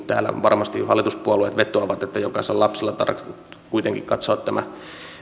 täällä varmasti jo hallituspuolueet vetoavat siihen että jokaisen lapsen kohdalla on tarkoitus kuitenkin katsoa tämä